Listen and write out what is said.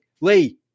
lee